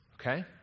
Okay